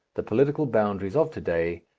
the political boundaries of to-day,